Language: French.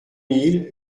mille